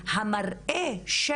המראה של